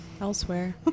elsewhere